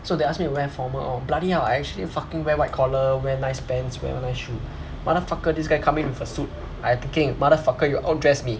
so they ask me wear formal all bloody hell I actually fucking wear white collar wear nice pants wear nice shoe mother fucker this guy coming in with a suit I thinking mother fucker you out dress me